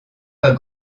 pas